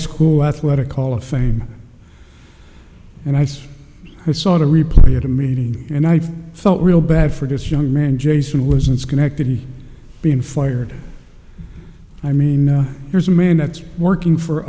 school athletic hall of fame and i said i saw the replay of the meeting and i felt real bad for this young man jason was in schenectady being fired i mean here's a man that's working for